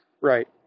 Right